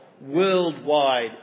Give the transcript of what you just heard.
worldwide